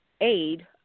aid